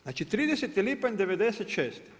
Znači 30. lipanj '96.